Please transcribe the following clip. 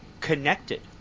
connected